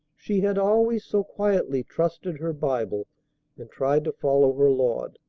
she had always so quietly trusted her bible and tried to follow her lord.